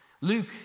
Luke